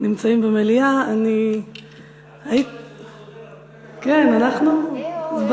נמצאים במליאה, את שמה לב שזה חוזר הרבה?